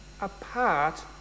apart